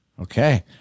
Okay